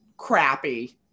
crappy